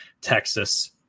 Texas